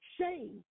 shame